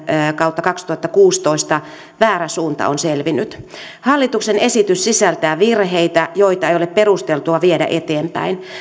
kautta kaksituhattakuusitoista väärä suunta on selvinnyt hallituksen esitys sisältää virheitä joita ei ole perusteltua viedä eteenpäin